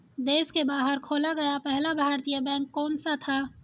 देश के बाहर खोला गया पहला भारतीय बैंक कौन सा था?